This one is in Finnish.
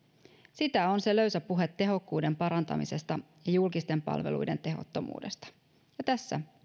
sitä on se löysä puhe tehokkuuden parantamisesta ja julkisten palveluiden tehottomuudesta ja tässä